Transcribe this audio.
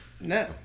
No